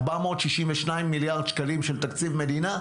ב-462 מיליארד שקלים של תקציב מדינה,